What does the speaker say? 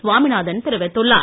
சாமிநாதன் தெரிவித்துள்ளார்